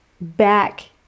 back